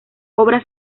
obras